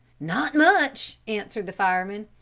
not much! answered the fireman.